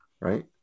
right